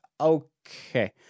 okay